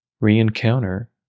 re-encounter